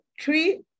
three